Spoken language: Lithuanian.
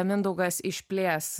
mindaugas išplės